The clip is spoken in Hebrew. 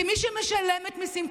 כמי שמשלמת מיסים,